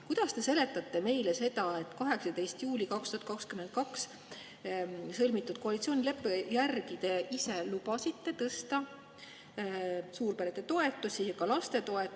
Kuidas te seletate meile seda, et 18. juulil 2022 sõlmitud koalitsioonileppe järgi te ise lubasite tõsta suurperede toetusi ja ka lastetoetusi?